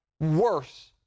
worse